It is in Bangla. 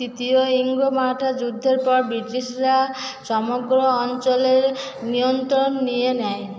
তৃতীয় ইঙ্গ মারাঠা যুদ্ধের পর ব্রিটিশরা সমগ্র অঞ্চলের নিয়ন্ত্রণ নিয়ে নেয়